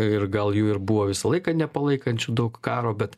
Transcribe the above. ir gal jų ir buvo visą laiką nepalaikančių daug karo bet